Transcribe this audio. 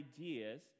ideas